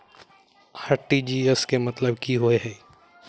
RTGS केँ मतलब की होइ हय?